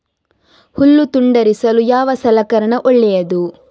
ಹುಲ್ಲು ತುಂಡರಿಸಲು ಯಾವ ಸಲಕರಣ ಒಳ್ಳೆಯದು?